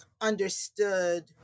understood